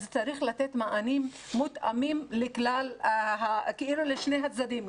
אז צריך לתת מענים מותאמים לשני הצדדים,